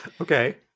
Okay